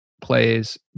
plays